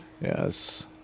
Yes